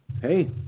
hey